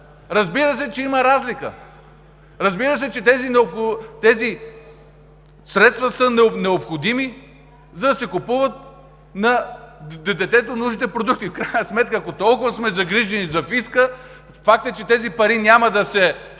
Разбира се, че има разлика и че тези средства са необходими, за да се купуват на детето нужните продукти. И ако толкова сме загрижени за фиска – факт е, че тези пари няма да се спестяват,